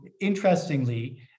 Interestingly